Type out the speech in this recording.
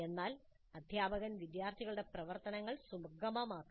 എന്നാൽ അധ്യാപകർ വിദ്യാർത്ഥികളുടെ പ്രവർത്തനങ്ങൾ സുഗമമാക്കണം